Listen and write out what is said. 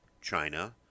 China